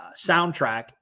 soundtrack